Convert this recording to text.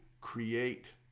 create